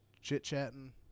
chit-chatting